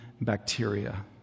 bacteria